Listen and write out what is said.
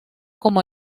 como